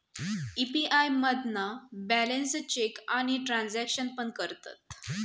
UPI मधना balance check आणि transaction पण करतत